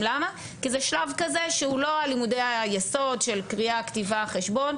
והבנייה של זה תתחיל מיד אחרי פסח.